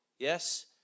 Yes